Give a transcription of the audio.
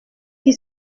qui